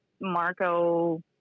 Marco